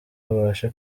abashe